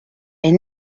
est